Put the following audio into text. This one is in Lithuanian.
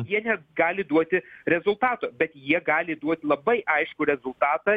jie negali duoti rezultato bet jie gali duot labai aiškų rezultatą